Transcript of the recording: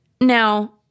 now